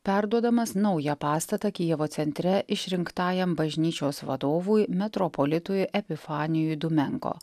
perduodamas naują pastatą kijevo centre išrinktajam bažnyčios vadovui metropolitui epifanijui dumenko